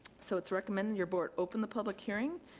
so, it's recommended your board open the public hearing,